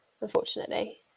unfortunately